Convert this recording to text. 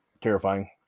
terrifying